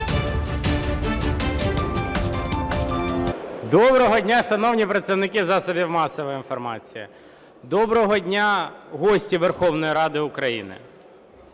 Доброго дня, шановні представники засобів масової інформації! Доброго дня, гості Верховної Ради України!